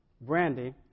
Brandy